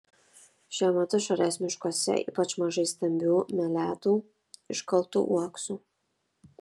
šiuo metu šalies miškuose ypač mažai stambių meletų iškaltų uoksų